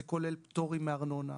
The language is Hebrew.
זה כולל פטורים מארנונה.